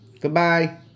goodbye